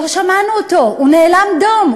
לא שמענו אותו, הוא נאלם דום.